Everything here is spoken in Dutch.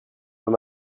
hem